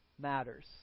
matters